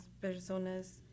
personas